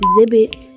exhibit